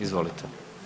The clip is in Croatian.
Izvolite.